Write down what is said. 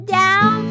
down